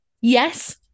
Yes